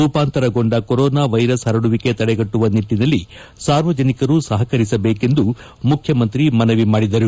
ರೂಪಾಂತರಗೊಂಡ corona virus ಹರಡುವಿಕೆ ತಡೆಗಟ್ಟುವ ನಿಟ್ಟನಲ್ಲಿ ಸಾರ್ವಜನಿಕರು ಸಹಕರಿಸಬೇಕೆಂದು ಮುಖ್ಯಮಂತ್ರಿ ಮನವಿ ಮಾಡಿದರು